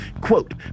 quote